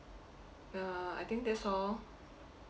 uh I think that's all